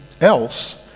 else